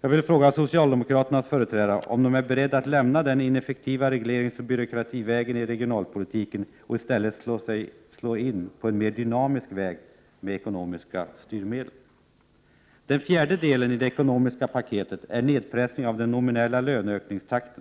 Jag vill fråga socialdemokraternas företrädare om de är beredda att lämna den ineffektiva regleringsoch byråkrativägen i regionalpolitiken och i stället slå in på den mer dynamiska vägen med ekonomiska styrmedel. Den fjärde delen i det ekonomiska paketet är nedpressningen av den nominella löneökningstakten.